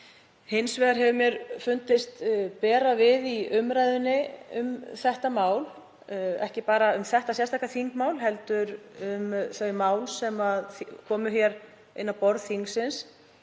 Hins vegar hefur mér fundist bera við í umræðunni um málið, og ekki bara um þetta sérstaka þingmál heldur um þau mál sem komið hafa inn á borð þingsins